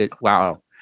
wow